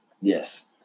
Yes